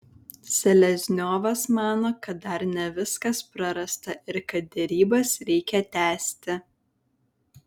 selezniovas mano kad dar ne viskas prarasta ir kad derybas reikia tęsti